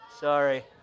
Sorry